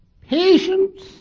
Patience